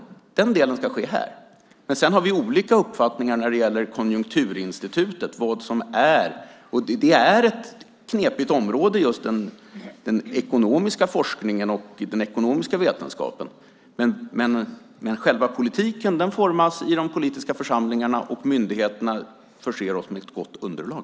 Den delen ska ske här. Men sedan har vi olika uppfattningar när det gäller Konjunkturinstitutet. Just den ekonomiska forskningen och vetenskapen är ett knepigt område. Men själva politiken formas i de politiska församlingarna, och myndigheterna förser oss med ett gott underlag.